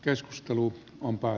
keskustelu kumpaa